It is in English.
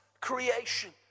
creation